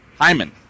Hyman